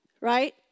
right